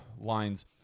lines